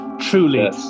truly